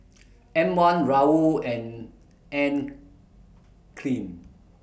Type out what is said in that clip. M one Raoul and Anne Klein